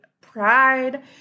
pride